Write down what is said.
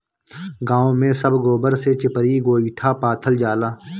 गांव में सब गोबर से चिपरी गोइठा पाथल जाला